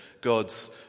God's